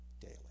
daily